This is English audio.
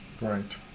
Right